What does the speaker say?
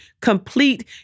complete